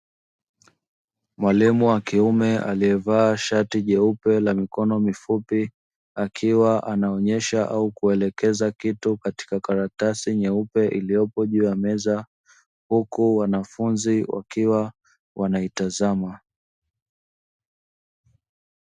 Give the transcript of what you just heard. Mwalimu wa kiume alievaa shati jeupe la mikono mifupi, akiwa anaonyesha au kuelekeza kitu katika karatasi nyeupe, iliyopo juu ya meza huku wanafunzi wakiwa wanaitazama.